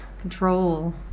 control